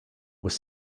was